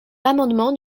l’amendement